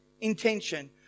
intention